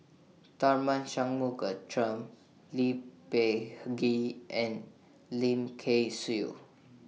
Tharman Shanmugaratnam Lee Peh Gee and Lim Kay Siu